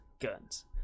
Guns